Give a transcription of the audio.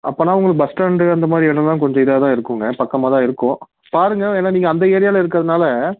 அப்போன்னா உங்களுக்கு பஸ்ஸ்டேண்டு அந்த மாதிரி இடம் தான் கொஞ்சம் இதாக தான் இருக்குதுங்க பக்கமாக தான் இருக்கும் பாருங்கள் ஏன்னால் நீங்கள் அந்த ஏரியாவில் இருக்கிறதுனால